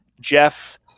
Jeff